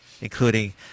including